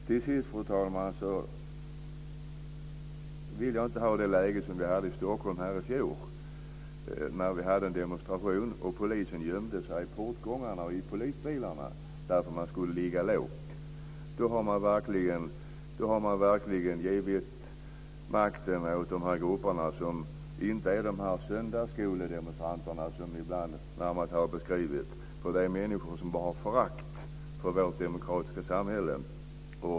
Till sist, fru talman, vill jag inte ha det läge som vi hade i Stockholm i fjol när polisen gömde sig i portgångarna och i polisbilarna under en demonstration därför att man skulle ligga lågt. Då har vi verkligen givit makten åt de grupper som inte utgörs av de söndagsskoledemonstranter som har beskrivits ibland, för det är människor som har förakt för vårt demokratiska samhälle.